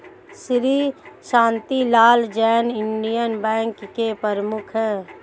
Shri Shantilal Jain Indian bank के प्रमुख है